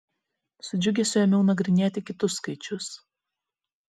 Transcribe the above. su džiugesiu ėmiau nagrinėti kitus skaičius